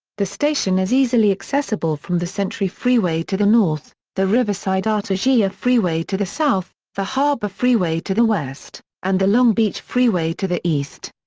the station is easily accessible from the century freeway to the north, the riverside artesia freeway to the south, the harbor freeway to the west, and the long beach freeway to the east.